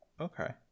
Okay